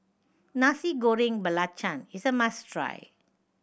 Nasi Goreng Belacan is a must try